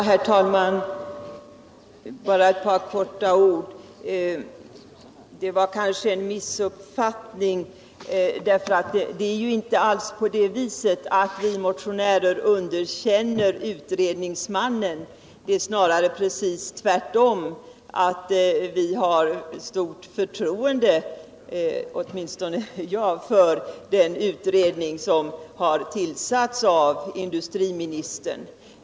Herr talman! Bara ett par ord. Herr Börjesson missuppfattade kanske mig. Det är ju inte alls på det viset att vi motionärer underkänner utredningsmannen. Det är snarare precis tvärtom. Vi har — åtminstone jag — stort förtroende för den utredning som har tillsatts av industriministern.